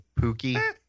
pookie